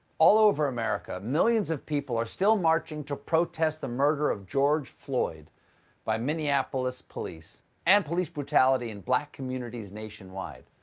all over america, millions of people are still marching to protest the murder of george floyd by minneapolis police and police brutality in black communities nationwide.